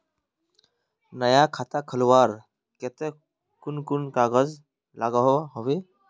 नया खाता खोलवार केते कुन कुन कागज लागोहो होबे?